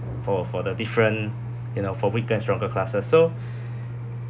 for for the different you know for weaker and stronger classes so